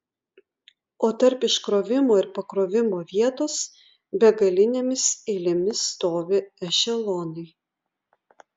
o tarp iškrovimo ir pakrovimo vietos begalinėmis eilėmis stovi ešelonai